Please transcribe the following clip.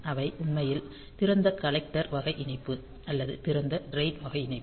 அவை உண்மையில் திறந்த கலெக்டர் வகை இணைப்பு அல்லது திறந்த ட்ரைன் வகை இணைப்பு